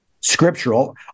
scriptural